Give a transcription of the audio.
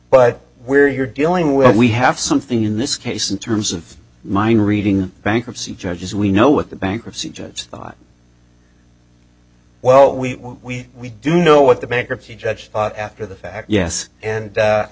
but where you're dealing with we have something in this case in terms of mine reading bankruptcy judges we know what the bankruptcy judge thought well we do know what the bankruptcy judge thought after the fact yes and